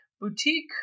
boutique